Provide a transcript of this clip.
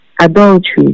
adultery